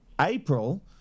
April